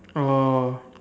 orh